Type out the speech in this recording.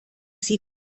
sie